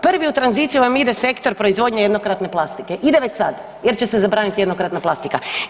Prvi u tranziciju vam ide sektor proizvodnje jednokratne plastike, ide već sad jer će se zabraniti jednokratna plastika.